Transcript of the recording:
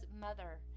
mother